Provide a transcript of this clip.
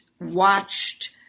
watched